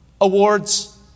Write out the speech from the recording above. Awards